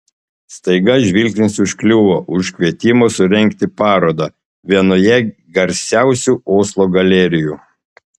staiga žvilgsnis užkliuvo už kvietimo surengti parodą vienoje garsiausių oslo galerijų